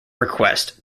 requests